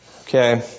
Okay